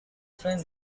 friend